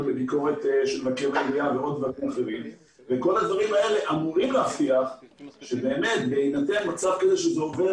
ל- -- וכל הדברים האלה אמורים להבטיח שבהינתן שזה עובר